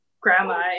grandma